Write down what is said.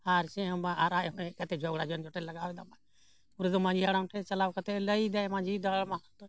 ᱟᱨ ᱪᱮᱫᱦᱚᱸ ᱵᱟᱝ ᱟᱨ ᱟᱡᱦᱚᱸ ᱦᱮᱡ ᱠᱟᱛᱮᱫ ᱡᱚᱜᱽᱲᱟ ᱡᱷᱚᱱ ᱡᱚᱴᱮᱭ ᱞᱟᱜᱟᱣᱮᱫᱟ ᱠᱩᱲᱤ ᱫᱚ ᱢᱟᱺᱡᱷᱤ ᱦᱟᱲᱟᱢ ᱴᱷᱮᱱ ᱪᱟᱞᱟᱣ ᱠᱟᱛᱮᱫ ᱞᱟᱹᱭ ᱮᱫᱟᱭ ᱢᱟᱺᱡᱷᱤ ᱫᱟᱲ ᱢᱟᱠᱛᱚ